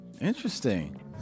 interesting